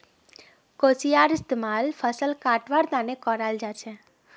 कचियार इस्तेमाल फसल कटवार तने कराल जाछेक